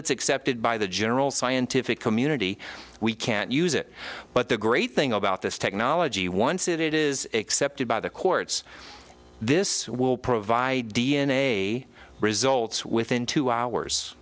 it's accepted by the general scientific community we can't use it but the great thing about this technology once it is accepted by the courts this will provide d n a results within two hours